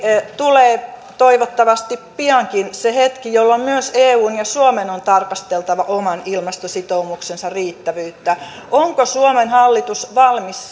tulee toivottavasti piankin se hetki jolloin myös eun ja suomen on tarkasteltava oman ilmastositoumuksensa riittävyyttä onko suomen hallitus valmis